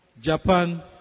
Japan